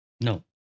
No